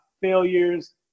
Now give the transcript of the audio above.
failures